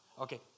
Okay